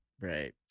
Right